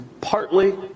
partly